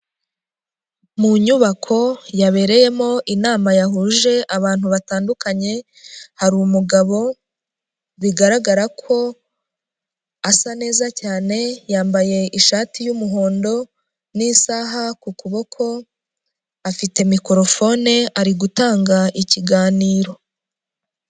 Mu nyubako yabereyemo inama yahuje abantu batandukanye, harirumu umugabo bigaragara ko asa neza cyane, yambaye ishati y'umuhondo n'isaha ku kuboko afite mikorofone ari gutanga ikiganiro.